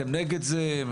אתם נגד זה?